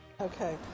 Okay